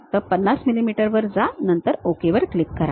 तर 50 मिलीमीटर वर जा नंतर ओके वर क्लिक करा